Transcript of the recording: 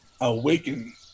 Awaken